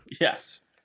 Yes